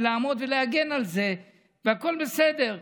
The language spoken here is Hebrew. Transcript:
לעמוד ולהגן על זה והכול בסדר.